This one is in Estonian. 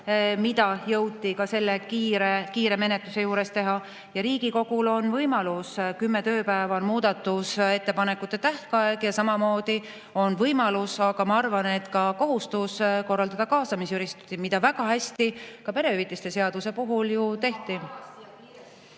seda jõuti ka selle kiire menetluse juures teha. Ka Riigikogul on võimalus, kümme tööpäeva on muudatusettepanekute tähtaeg. Ja samamoodi on võimalus ning tegelikult ma arvan, ka kohustus korraldada kaasamisüritusi, nagu neid väga hästi perehüvitiste seaduse puhul tehti.